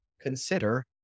consider